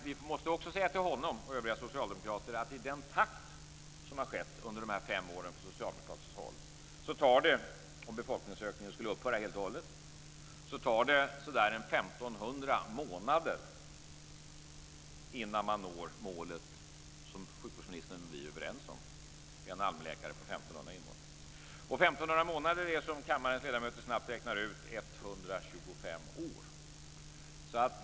Vi måste också säga till honom och till övriga socialdemokrater att med den takt man haft från socialdemokratiskt håll under de här fem åren tar det, om befolkningsökningen skulle upphöra helt och hållet, 1 500 månader innan man når målet, som sjukvårdsministern och vi är överens om, en allmänläkare på 1 500 månader är som kammarens ledamöter snabbt räknar ut 125 år.